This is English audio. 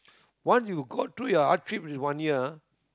once you got through your hardship in one year